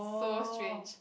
so strange